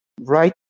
right